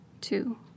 Two